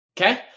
Okay